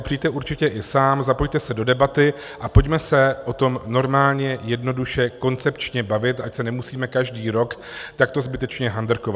Přijďte určitě i sám, zapojte se do debaty a pojďme se o tom normálně jednoduše koncepčně bavit, ať se nemusíme každý rok takto zbytečně handrkovat.